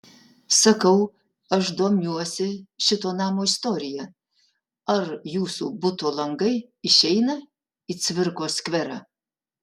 sakau aš domiuosi šito namo istorija ar jūsų buto langai išeina į cvirkos skverą